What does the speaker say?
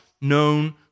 known